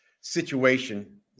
situation